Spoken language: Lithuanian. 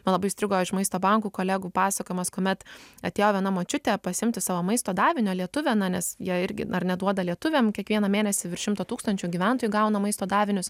man labai įstrigo iš maisto bankų kolegų pasakojimas kuomet atėjo viena močiutė pasiimti savo maisto davinio lietuvė na nes jie irgi ar ne duoda lietuviam kiekvieną mėnesį virš šimto tūkstančių gyventojų gauna maisto davinius